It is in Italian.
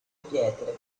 pietre